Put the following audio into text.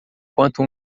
quanto